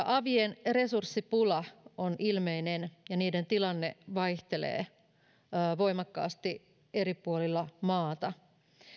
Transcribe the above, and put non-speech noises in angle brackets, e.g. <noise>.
<unintelligible> avien resurssipula on ilmeinen ja niiden tilanne vaihtelee voimakkaasti eri puolilla maata